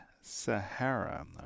Sahara